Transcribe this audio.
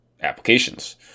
applications